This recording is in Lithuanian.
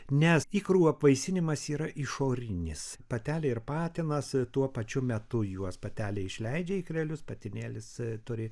nes ikrų apvaisinimas yra išorinis patelė ir patinas tuo pačiu metu juos patelė išleidžia ikrelius patinėlis turi